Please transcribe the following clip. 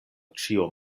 ĉio